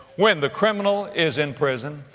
when the criminal is in prison,